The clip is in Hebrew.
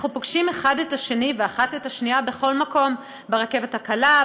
אנחנו פוגשים אחד את השני ואחת את השנייה בכל מקום: ברכבת הקלה,